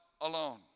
alone